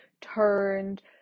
turned